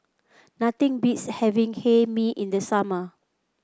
nothing beats having Hae Mee in the summer